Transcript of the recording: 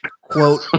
Quote